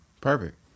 Perfect